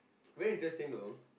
very interesting though